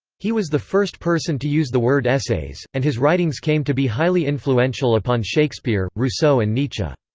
he was the first person to use the word essays, and his writings came to be highly influential upon shakespeare, rousseau and nietzsche.